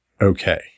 okay